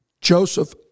Joseph